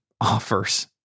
offers